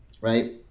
right